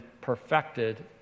perfected